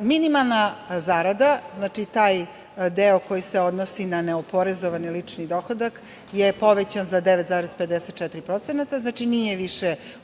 Minimalna zarada, znači taj deo koji se odnosi na neoporezovani lični dohodak je povećan za 9,54%, znači nije više